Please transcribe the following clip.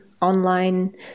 online